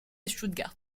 stuttgart